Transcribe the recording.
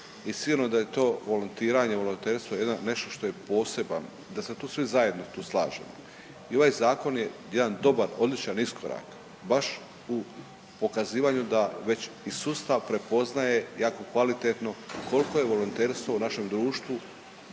sigurno da je to volontiranje, volonterstvo nešto što je poseban, da se tu svi zajedno tu slažemo. I ovaj zakon je jedan dobar, odličan iskorak baš u pokazivanju da već i sustav prepoznaje jako kvalitetno koliko je volonterstvo u našem društvu